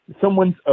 someone's